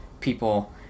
people